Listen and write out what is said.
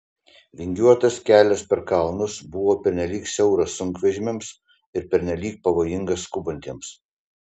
vingiuotas kelias per kalnus buvo pernelyg siauras sunkvežimiams ir pernelyg pavojingas skubantiems